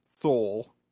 soul